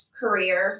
career